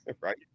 right